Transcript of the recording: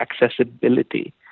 accessibility